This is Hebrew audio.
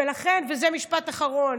ולכן, וזה משפט אחרון,